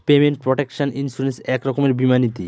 payment protection insurance এক রকমের বীমা নীতি